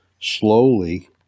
slowly